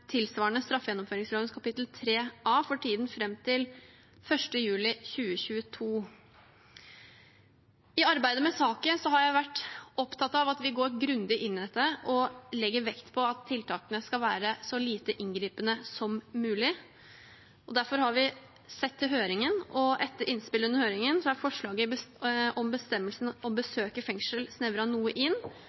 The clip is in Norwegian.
juli 2022. I arbeidet med saken har jeg vært opptatt av at vi går grundig inn i dette og legger vekt på at tiltakene skal være så lite inngripende som mulig. Derfor har vi sett til høringen, og etter innspill under høringen er forslaget om bestemmelsen om besøk i fengsel snevret noe inn,